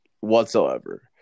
whatsoever